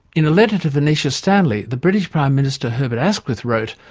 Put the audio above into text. in a letter to venetia stanley, the british prime minister, herbert asquith, wrote,